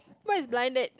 what is blind date